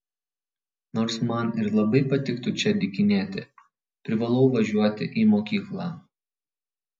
nors man ir labai patiktų čia dykinėti privalau važiuoti į mokyklą